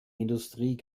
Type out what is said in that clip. industrie